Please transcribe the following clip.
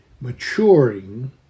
maturing